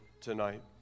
tonight